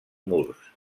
murs